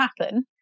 happen